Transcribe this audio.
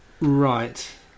Right